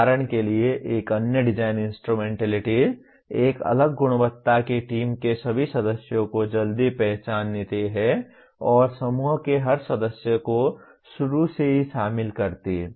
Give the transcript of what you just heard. उदाहरण के लिए एक अन्य डिजाइन इन्स्ट्रमेन्टैलिटी एक अलग गुणवत्ता की टीम के सभी सदस्यों को जल्दी पहचानती है और समूह के हर सदस्य को शुरू से ही शामिल करती है